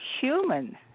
human